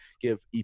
give